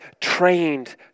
trained